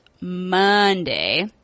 Monday